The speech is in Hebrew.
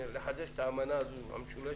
לחדש את האמנה המשולשת: